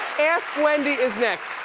ask wendy is next.